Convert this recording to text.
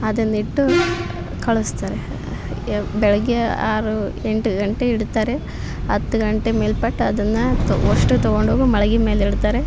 ಅದನ್ನ ಇಟ್ಟು ಕಳಿಸ್ತಾರೆ ಏ ಬೆಳ್ಗೆ ಆರು ಎಂಟು ಗಂಟೆ ಇಡ್ತಾರೆ ಹತ್ತು ಗಂಟೆ ಮೇಲ್ಪಟ್ಟು ಅದನ್ನು ಅಷ್ಟು ತಗೊಂಡೋಗಿ ಮಾಳ್ಗಿ ಮೇಲೆ ಇಡ್ತಾರೆ